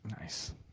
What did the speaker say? nice